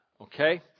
Okay